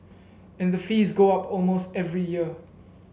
and the fees go up almost every year